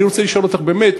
אני רוצה לשאול אותך באמת,